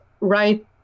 right